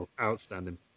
Outstanding